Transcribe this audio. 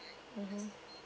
mmhmm